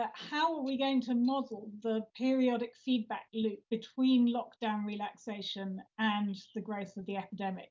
ah how are we going to model the periodic feedback loop between lockdown relaxation and the growth of the epidemic